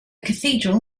cathedral